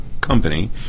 company